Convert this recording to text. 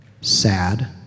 sad